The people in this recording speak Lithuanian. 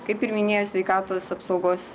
kaip ir minėjo sveikatos apsaugos